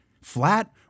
Flat